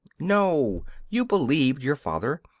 no you believed your father,